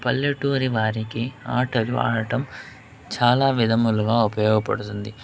పల్లెటూరి వారికి ఆటలు ఆడటం చాలా విధములుగా ఉపయోగపడుతుంది